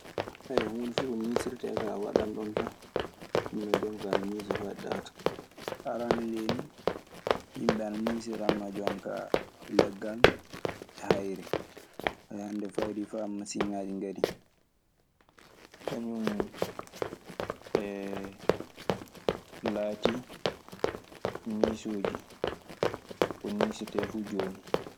huunde fuu ko niisirtee kaa a waɗan ɗoo tan, hinnoo jonkaa ana niisa faa ɗaata. Arannde ndee nii yimɓe ana ñiisiranno jon kaa leggal e hayre. Hannde faa waɗii faa masiŋaaji ngarii. Kañun laatii niisuuji, ko niisetee fuu jooni.